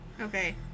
okay